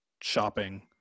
shopping